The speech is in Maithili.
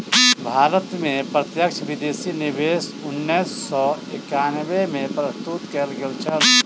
भारत में प्रत्यक्ष विदेशी निवेश उन्नैस सौ एकानबे में प्रस्तुत कयल गेल छल